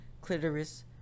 Clitoris